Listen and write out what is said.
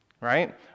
right